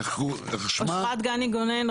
אשרת גני גונן,